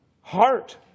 heart